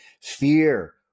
fear